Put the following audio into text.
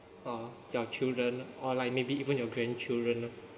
or your children or like maybe even your grandchildren